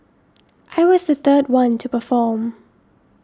I was the third one to perform